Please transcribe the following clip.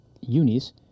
unis